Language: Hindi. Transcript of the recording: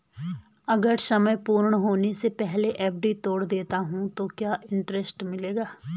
अगर समय पूर्ण होने से पहले एफ.डी तोड़ देता हूँ तो क्या इंट्रेस्ट मिलेगा?